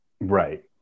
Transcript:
Right